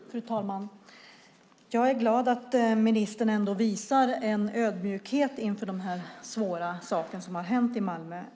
Fru talman! Jag är glad att ministern visar en ödmjukhet inför den svåra sak som har hänt i Malmö.